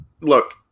look